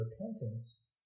repentance